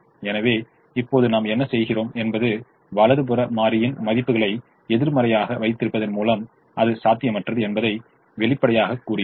எனவே இப்போது நாம் என்ன செய்கிறோம் என்பது வலது புற மாறியின் மதிப்புகளை எதிர்மறையாக வைத்திருப்பதன் மூலம் அது சாத்தியமற்றது என்பதை வெளிப்படையாகக் கூறுகிறோம்